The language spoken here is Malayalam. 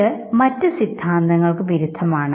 ഇത് മറ്റ് സിദ്ധാന്തങ്ങൾക്ക് വിരുദ്ധമാണ്